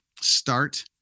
start